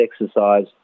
exercise